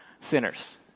sinners